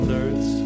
Nerds